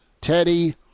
Teddy